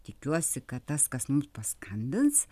tikiuosi kad tas kas mums paskambins